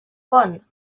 one